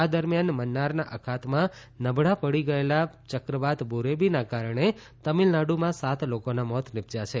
આ દરમિયાન મન્નારના અખાતમાં નબળા પડી ગયેલા ચક્રવાત બુરેવીના કારણે તમિલનાડુમાં સાત લોકોના મોત નિપજ્યાં છે